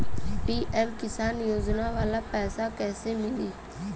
PM किसान योजना वाला पैसा कईसे मिली?